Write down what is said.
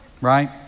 right